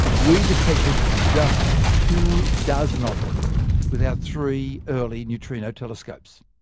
we detected just two dozen of them with our three early neutrino telescopes.